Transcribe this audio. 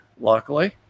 Luckily